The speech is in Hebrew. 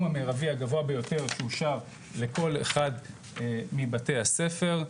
המירבי הגבוה ביותר שאושר לכל אחד מבתי הספר,